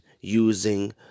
using